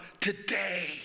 today